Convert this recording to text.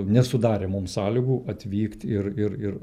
nesudarė mum sąlygų atvykt ir ir ir